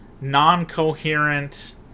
non-coherent